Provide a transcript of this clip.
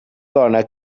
dona